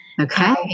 Okay